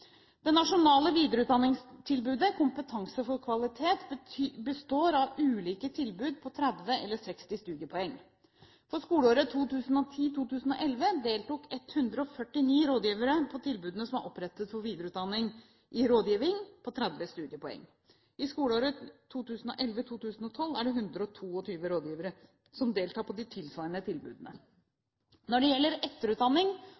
Det nasjonale videreutdanningstilbudet, Kompetanse for kvalitet, består av ulike tilbud på 30 eller 60 studiepoeng. I skoleåret 2010/2011 deltok 149 rådgivere på tilbudene som er opprettet for videreutdanning i rådgiving, på 30 studiepoeng. I skoleåret 2011/2012 er det 122 rådgivere som deltar på de tilsvarende tilbudene. Når det gjelder etterutdanning,